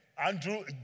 Andrew